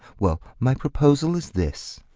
well, my proposal is this.